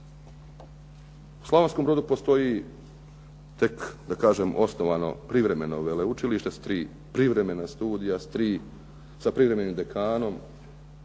U Slavonskom Brodu postoji tek da kažem osnovano privremeno veleučilište s tri privremena studija, sa privremenim dekanom,